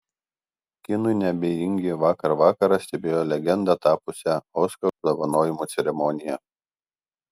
kinui neabejingi vakar vakarą stebėjo legenda tapusią oskarų apdovanojimų ceremoniją